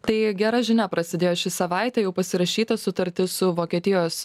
tai gera žinia prasidėjo ši savaitė jau pasirašyta sutartis su vokietijos